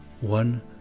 one